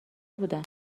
بودم